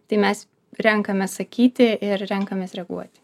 tai mes renkamės sakyti ir renkamės reaguoti